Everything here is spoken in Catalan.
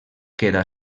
queda